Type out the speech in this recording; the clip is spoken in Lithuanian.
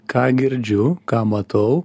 ką girdžiu ką matau